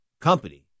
company